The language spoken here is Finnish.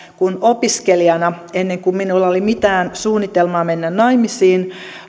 kun opiskelijana ennen kuin minulla oli mitään suunnitelmaa mennä naimisiin